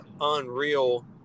unreal